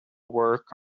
work